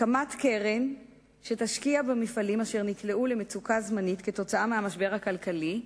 הקמת קרן שתשקיע במפעלים אשר נקלעו למצוקה זמנית כתוצאה מהמשבר הכלכלי,